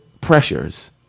pressures